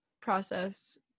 process